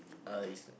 uh is